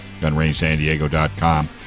gunrangesandiego.com